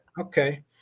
Okay